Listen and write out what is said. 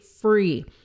free